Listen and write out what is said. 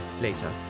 later